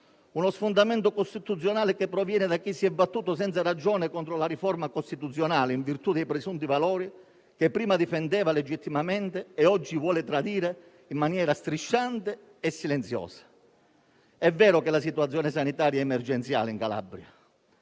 uno sfondamento costituzionale che proviene da chi si è battuto senza ragione contro la riforma costituzionale, in virtù dei presunti valori che prima difendeva legittimamente e oggi vuole tradire in maniera strisciante e silenziosa. È vero che la situazione sanitaria è emergenziale in Calabria;